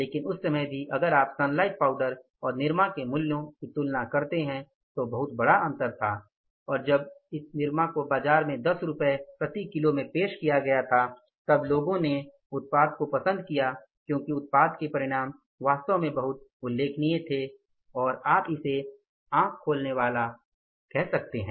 लेकिन उस समय भी अगर आप सनलाइट पाउडर और निरमा के मूल्यों की तुलना करते हैं तो बहुत बड़ा अंतर था और जब इस निरमा को बाजार में 10 रुपये प्रति किलो में पेश किया गया था तब लोगों ने उत्पाद को पसंद किया क्योंकि उत्पाद के परिणाम वास्तव में बहुत अद्भुत उल्लेखनीय थे और आप इसे आखे खोलनेवाला कह सकते हैं